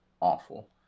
awful